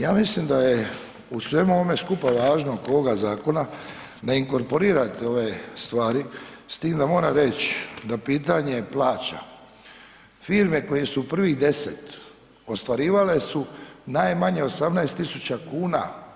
Ja mislim da je u svemu ovome skupa važno oko ovoga zakona da inkorporirate ove stvari s tim da moram reći da pitanje plaća, firme koje su u prvih 10, ostvarivale su najmanje 18 tisuća kuna.